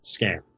scam